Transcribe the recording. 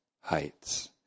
heights